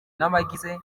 n’abagize